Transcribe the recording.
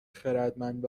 خردمند